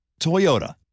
Toyota